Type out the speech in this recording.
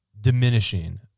diminishing